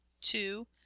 two